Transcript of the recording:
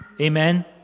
Amen